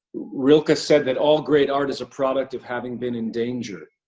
rilke said that, all great art is a product of having been in danger.